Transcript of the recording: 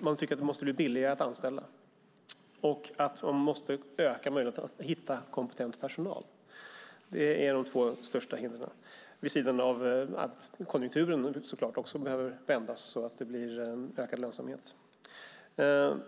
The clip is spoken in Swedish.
De anser att det måste bli billigare att anställa och att möjligheterna att hitta kompetent personal måste öka. Det är de två största hindren vid sidan av att konjunkturen naturligtvis också behöver vändas så att det blir en ökad lönsamhet.